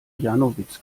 janowitz